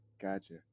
Gotcha